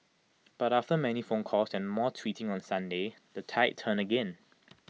but after many phone calls and more tweeting on Sunday the tide turned again